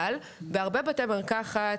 אבל בהרבה בתי מרקחת,